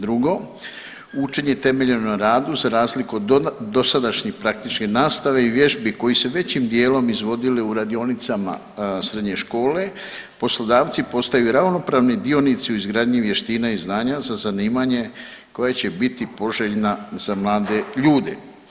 Drugo, učenje temeljeno na radu za razliku od dosadašnje praktične nastave i vježbi koje su se većim dijelom izvodile u radionicama srednje škole poslodavci postaju ravnopravni dionici u izgradnji vještina i znanja za zanimanje koje će biti poželjna za mlade ljude.